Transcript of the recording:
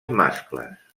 mascles